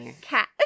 cat